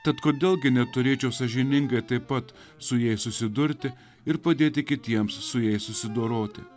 tad kodėl gi neturėčiau sąžiningai taip pat su jais susidurti ir padėti kitiems su jais susidoroti